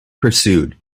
pursued